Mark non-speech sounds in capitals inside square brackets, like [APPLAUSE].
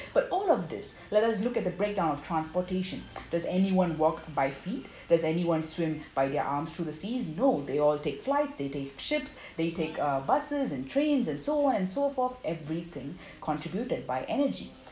but all of this let us look at the breakdown of transportation [BREATH] does anyone walk by feet there's anyone swim by their arms through the seas no they all take flights they take ships they take uh buses and trains and so on and so forth everything contributed by energy